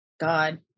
God